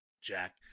Jack